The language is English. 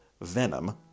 venom